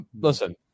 Listen